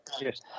Yes